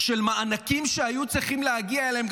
של מענקים שהיו צריכים להגיע אליהם,